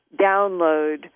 download